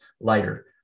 lighter